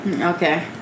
Okay